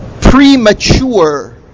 premature